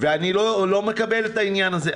ואני לא מקבל את העניין הזה.